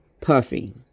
Puffy